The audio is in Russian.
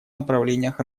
направлениях